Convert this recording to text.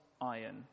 iron